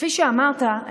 כפי שאמרת,